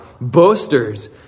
boasters